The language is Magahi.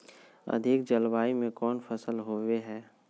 अधिक जलवायु में कौन फसल होबो है?